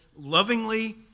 lovingly